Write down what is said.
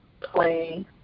play